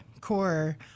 core